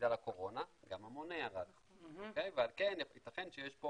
בגלל הקורונה גם המונה ירד, ועל כן ייתכן שיש פה